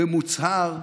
במוצהר,